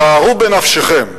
שערו בנפשכם,